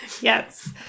Yes